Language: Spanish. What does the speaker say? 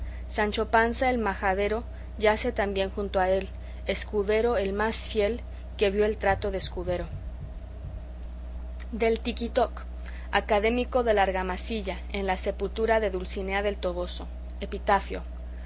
sancho panza el majadero yace también junto a él escudero el más fel que vio el trato de escudero del tiquitoc académico de la argamasilla en la sepultura de dulcinea del toboso epitafio